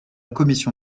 commission